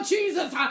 Jesus